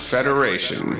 Federation